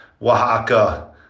Oaxaca